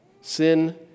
Sin